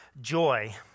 joy